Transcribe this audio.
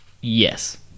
yes